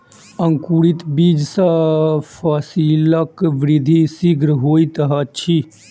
अंकुरित बीज सॅ फसीलक वृद्धि शीघ्र होइत अछि